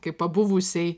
kaip pabuvusiai